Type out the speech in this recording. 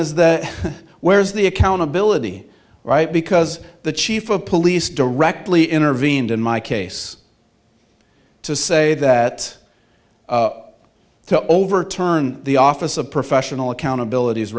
is the where's the accountability right because the chief of police directly intervened in my case to say that to overturn the office of professional accountability is